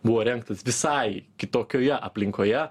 buvo rengtas visai kitokioje aplinkoje